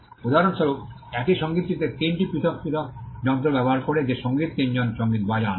উদাহরণস্বরূপ একই সংগীতটিতে 3 টি পৃথক পৃথক যন্ত্র ব্যবহার করে যে সংগীত তিনজন সংগীত বাজান